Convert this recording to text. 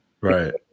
Right